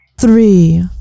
three